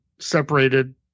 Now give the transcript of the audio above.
separated